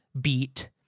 beat